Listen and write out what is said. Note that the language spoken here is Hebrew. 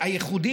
האיש,